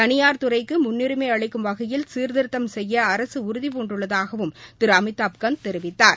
தனியார் துறைக்கு முன்னுரிமை அளிக்கும் வகையில் சீர்திருத்தம் செய்ய உறுதிபூண்டுள்ளதாகவும் திரு அமிதாப் கந்த் தெரிவித்தார்